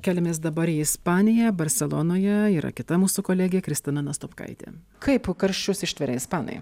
keliamės dabar į ispaniją barselonoje yra kita mūsų kolegė kristina nastopkaitė kaip karščius ištveria ispanai